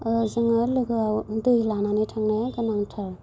जोङो लोगोआव दै लानानै थांनाया गोनांथार